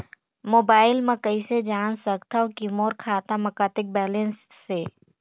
Mobile म कइसे जान सकथव कि मोर खाता म कतेक बैलेंस से?